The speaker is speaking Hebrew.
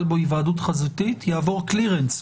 בו היוועדות חזותית יעבור קלירנס,